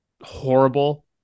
horrible